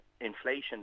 inflation